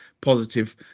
positive